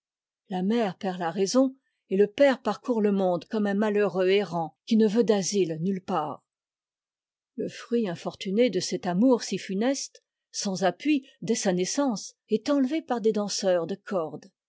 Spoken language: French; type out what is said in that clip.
la mère perd la raison et le père parcourt le monde comme un malheureux errant qui ne veut d'asile nulle part le fruit infortuné de cet amour si funeste sans appui dès sa naissance est enlevé par des danseurs de corde